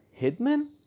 Hitman